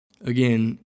Again